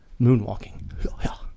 Moonwalking